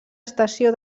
estació